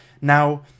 Now